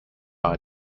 our